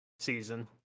season